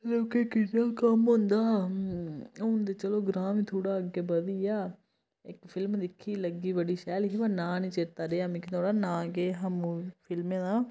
लोकें गी किन्ना कम्म होंदा हून ते चलो ग्रांऽ बी थोह्ड़ा अग्गें बधी गेआ इक फिल्म दिक्खी लग्गी बड़ी शैल ही पर नांंऽ नी चेता रेआ मिगी नुहाड़ा नांऽ केह् हा मोए फिल्मा दा